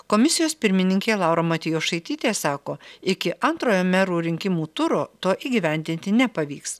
komisijos pirmininkė laura matjošaitytė sako iki antrojo merų rinkimų turo to įgyvendinti nepavyks